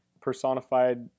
personified